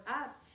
up